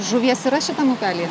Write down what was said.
žuvies yra šitam upely